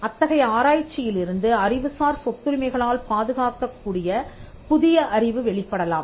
அத்தகைய ஆராய்ச்சியிலிருந்து அறிவுசார் சொத்துரிமை களால் பாதுகாக்கக் கூடிய புதிய அறிவு வெளிப்படலாம்